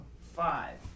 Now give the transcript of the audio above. Five